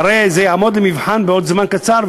והרי זה יעמוד למבחן בעוד זמן קצר,